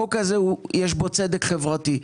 החוק הזה, יש בו צדק חברתי.